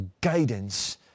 guidance